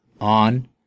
On